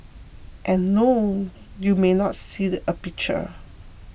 and no you may not see the a picture